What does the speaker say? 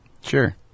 Sure